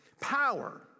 power